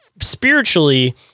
spiritually